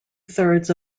thirds